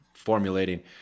formulating